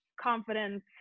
Confidence